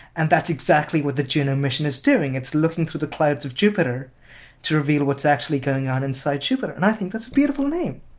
and that's exactly what the mission is doing it's looking through the clouds of jupiter to reveal what's actually going on inside jupiter, and i think that's a beautiful name.